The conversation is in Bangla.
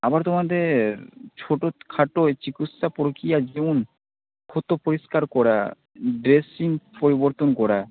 আবার তোমাদের ছোটোখাটো চিকিৎসা প্রক্রিয়া যেমন থুথু পরিষ্কার করা ড্রেসিং পরিবর্তন করা